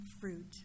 fruit